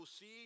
see